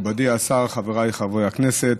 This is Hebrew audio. מכובדי השר, חבריי חברי הכנסת,